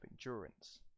endurance